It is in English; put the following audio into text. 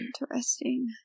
Interesting